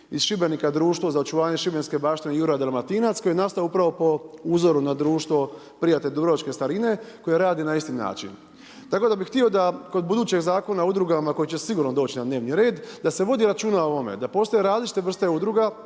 iz Šibenika Društvo za očuvanje šibenske baštine Juraj Dalmatinac koje je nastalo upravo po uzoru na Društvo prijatelj dubrovačke starine koje radi na isti način. Tako da bih htio da kod budućeg Zakona o udrugama koji će sigurno doći na dnevni red da se vodi računa o ovome da postoje različite vrste udruga,